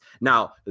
Now